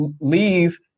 leave